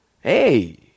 Hey